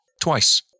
twice